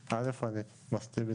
אלכס, מילה לסיכום.